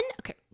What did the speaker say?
okay